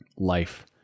life